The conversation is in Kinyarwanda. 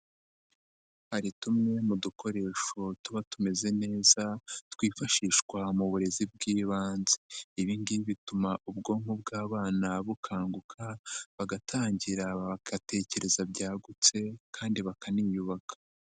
Hari tumwe mu dukoresho tuba tumeze neza twifashishwa mu burezi bw'ibanze, ibi ngibi bituma ubwonko bw'abana bukanguka bagatangira bagatekereza byagutse kandi bakaniyubaka.